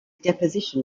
deposition